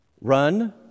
run